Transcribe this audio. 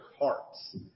hearts